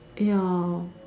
ya